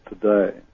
today